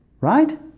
right